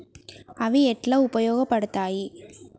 అవి ఎట్లా ఉపయోగ పడతాయి?